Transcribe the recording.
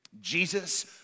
Jesus